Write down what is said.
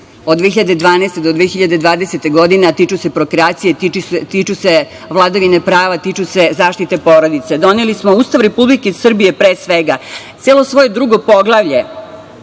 od 2012. do 2020. godine, a tiču se prokreacije, tiču se vladavine prava, tiču se zaštite porodice. Doneli smo Ustav Republike Srbije pre svega, celo svoje drugo poglavlje